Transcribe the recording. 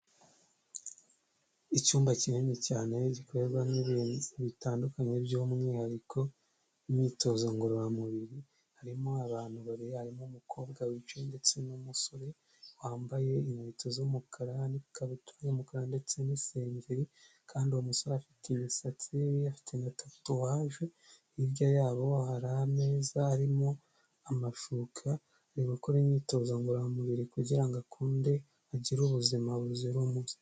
Icyumba kinini cyane gikorerwamo ibintu bitandukanye by'umwihariko imyitozo ngororamubiri, harimo abantu babiri harimo umukobwa wicaye ndetse n'umusore wambaye inkweto z'umukara n'ikabutura y'umukara ndetse n'isengeri kandi uwo umusore afite imisatsi afite na tatuwaje. Hirya yabo hari ameza harimo amashuka ari gukora imyitozo ngororamubiri kugira akunde agire ubuzima buzira umuze.